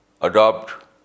adopt